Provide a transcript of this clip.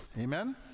Amen